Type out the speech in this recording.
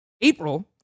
April